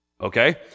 okay